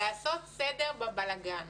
לעשות סדר בבלגאן.